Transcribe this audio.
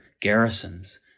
garrisons